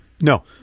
No